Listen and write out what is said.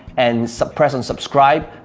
and suppress and subscribe.